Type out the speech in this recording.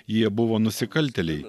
jie buvo nusikaltėliai